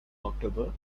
october